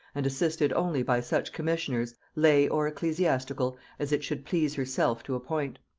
and assisted only by such commissioners, lay or ecclesiastical, as it should please herself to appoint.